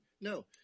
No